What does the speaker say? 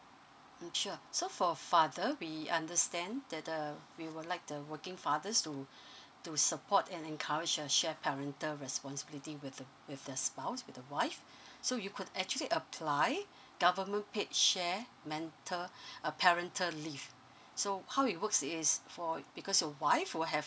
mm sure so for father we understand that uh we would like the working fathers to to support and encourage a shared parental responsibility with the with the spouse with the wife so you could actually apply government paid share mental uh parental leave so how it works is for because a wife will have